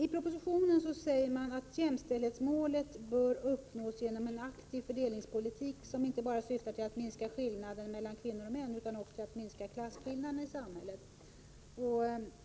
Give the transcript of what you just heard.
I propositionen säger man att jämställdhetsmålet bara uppnås genom en aktiv fördelningspolitik som inte bara syftar till att minska skillnader mellan kvinnor och män utan också att minska klasskillnaderna i samhället.